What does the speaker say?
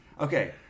Okay